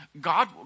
God